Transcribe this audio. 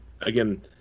again